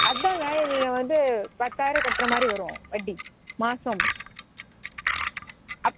அதாங்க நீங்கள் வந்து பத்தாயிரம் கட்டுற மாதிரி வரும் வட்டி மாதம் அப்